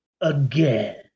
again